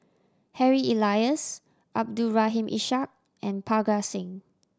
Harry Elias Abdul Rahim Ishak and Parga Singh